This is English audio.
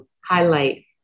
highlight